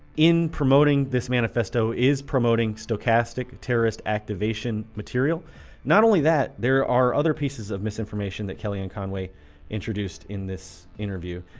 in promoting this manifesto is promoting stochastic terrorist activation material not only that there are other pieces of misinformation that kellyanne conway introduced in this interview.